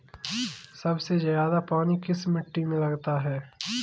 सबसे ज्यादा पानी किस मिट्टी में लगता है?